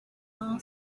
all